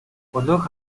өнөөх